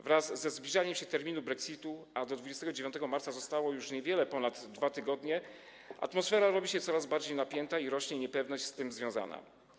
Wraz ze zbliżaniem się terminu brexitu - a do 29 marca zostało już niewiele ponad 2 tygodnie - atmosfera robi się coraz bardziej napięta i rośnie niepewność z tym związana.